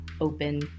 open